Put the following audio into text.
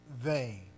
vain